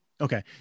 Okay